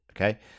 okay